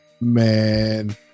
Man